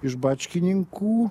iš bačkininkų